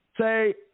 Say